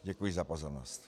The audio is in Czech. Děkuji za pozornost.